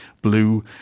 blue